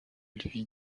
lui